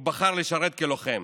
הוא בחר לשרת כלוחם.